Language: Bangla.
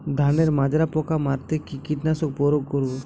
ধানের মাজরা পোকা মারতে কি কীটনাশক প্রয়োগ করব?